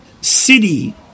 city